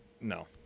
no